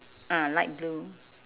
ah light blue